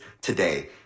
today